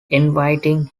inviting